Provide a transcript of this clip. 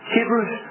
Hebrews